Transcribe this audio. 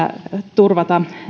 turvata